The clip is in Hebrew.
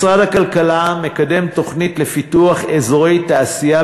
משרד הכלכלה מקדם תוכנית לפיתוח אזורי תעשייה